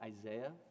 Isaiah